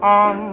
on